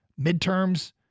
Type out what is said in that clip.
midterms